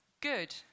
good